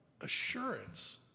assurance